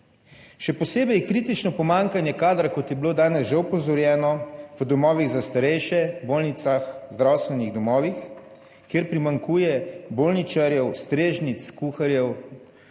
Še posebej kritično pomanjkanje kadra, kot je bilo danes že opozorjeno, v domovih za starejše, v bolnicah, zdravstvenih domovih, kjer primanjkuje bolničarjev, strežnic, kuharjev,